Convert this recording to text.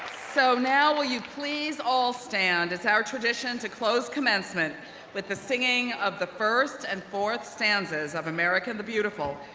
so now will you please all stand. it's our tradition to close commencement with the singing of the first and fourth stanzas of america the beautiful,